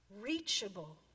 reachable